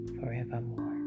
forevermore